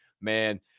man